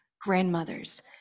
grandmothers